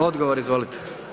Odgovor izvolite.